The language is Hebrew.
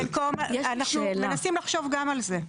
אנחנו מנסים לחשוב גם על זה.